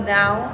now